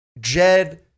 Jed